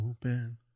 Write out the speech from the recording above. open